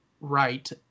right